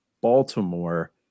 Baltimore